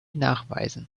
nachweisen